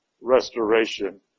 restoration